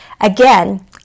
Again